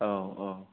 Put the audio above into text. औ औ